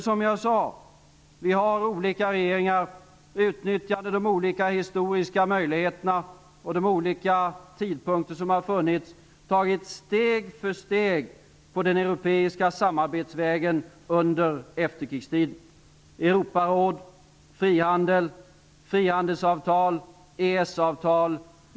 Som jag sade, har vi i olika regeringar utnyttjat de olika historiska möjligheterna och vid olika tidpunkter tagit steg för steg på den europeiska samarbetsvägen under efterkrigstiden: Europaråd, frihandel, frihandelsavtal, EES-avtal.